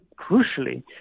crucially